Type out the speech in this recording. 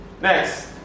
next